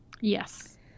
Yes